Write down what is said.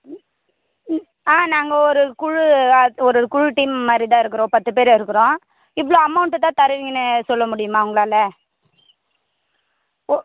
ம் ம் ஆ நாங்கள் ஒரு குழு ஆ ஒரு குழு டீம் மாதிரிதான் இருக்கிறோம் பத்து பேர் இருக்கிறோம் இவ்வளோ அமௌண்ட்டு தான் தருவீங்கன்னு சொல்ல முடியுமா உங்களால் ஓ